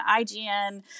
IGN